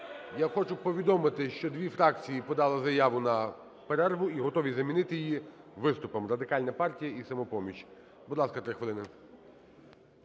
я хочу повідомити, що дві фракції подали заяву на перерву і готові замінити її виступом. Радикальна партія і "Самопоміч". Будь ласка, 3 хвилини.